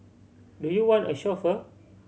do you want a chauffeur